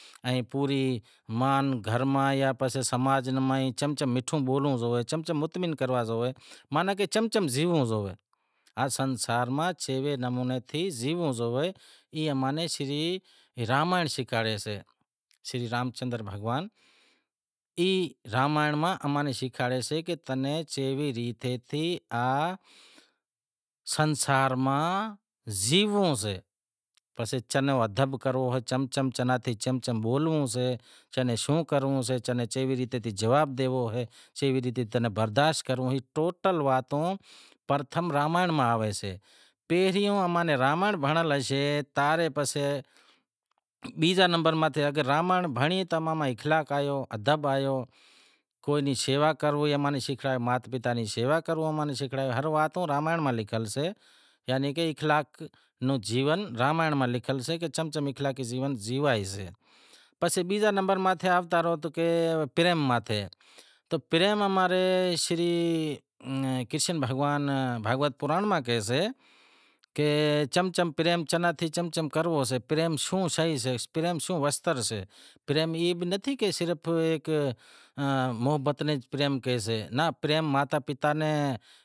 مان دھرم سماج میں چم چم میٹھو بولنڑو زوئے، چم چم مطعمن کرنڑو زوئے ماناں چم چم زیونڑو زوئے، آز سنسار ماں کیوے طریقے تھی جیونڑو زوئے، ای ماناں شری رامائنڑ شیکھائے شے، شری رامچندر بھگوان ای رامائینڑ ماں امیں سیکھاڑے سے کہ تنیں کیوی ریت ایئے سنسار میں زینوڑو سے، چم چم ادب کرنڑو سے تنیں چم چم بولنڑو سے، تنیں چیوی ریت جواب ڈینڑو سے کہ کیوی ریت تنیں برداشت کرنڑو سے سے، ای ٹوٹل واتوں، پرتھم رامائنڑ ماں آئیسیں، پہری امیں رامائنڑ بھنڑل ہوئیسے تارے پسے بیزے نمبر تے اگر رامائنڑ بھنڑی پسے اخلاق آیو، ادب آیو، کوئی شیوا کرنڑ رو امیں شیکھلایو مات پتا ری شیوا کرنڑ امیں شیکھایو ای واتیں رامائینڑ ماں لکھیل سیں، یعنی کہ اخلاق رو جیون رامائینڑ میں لکیل سے کہ چم چم اشلاق رو جنم زیوائیجسے پسے بیزے نمبر متھے آوتا ہارو تو پسے پریم ماتھے، تو پریم ماں رے شری کرشن بھگوان بھاگوت پرانڑ ماں کہیسےکہ چم چم تناں پریم کرنڑو سے پریم شوں سے، پریم کیوو وستر سے، پریم ای بھی نتھی کہ صرف محبت ناں پریم کہیسیں، پریم ماتا پتا نیں